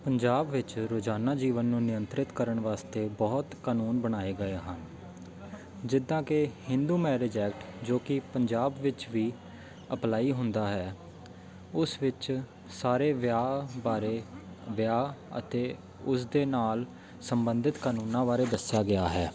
ਪੰਜਾਬ ਵਿੱਚ ਰੋਜ਼ਾਨਾ ਜੀਵਨ ਨੂੰ ਨਿਯੰਤਰਿਤ ਕਰਨ ਵਾਸਤੇ ਬਹੁਤ ਕਾਨੂੰਨ ਬਣਾਏ ਗਏ ਹਨ ਜਿੱਦਾਂ ਕਿ ਹਿੰਦੂ ਮੈਰਿਜ ਐਕਟ ਜੋ ਕਿ ਪੰਜਾਬ ਵਿੱਚ ਵੀ ਅਪਲਾਈ ਹੁੰਦਾ ਹੈ ਉਸ ਵਿੱਚ ਸਾਰੇ ਵਿਆਹ ਬਾਰੇ ਵਿਆਹ ਅਤੇ ਉਸਦੇ ਨਾਲ਼ ਸੰਬੰਧਿਤ ਕਾਨੂੰਨਾਂ ਬਾਰੇ ਦੱਸਿਆ ਗਿਆ ਹੈ